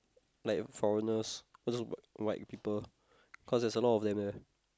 like foreigners like all those white people cause there's a lot of them there